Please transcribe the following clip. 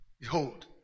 behold